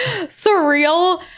surreal